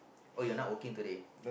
oh you're not working today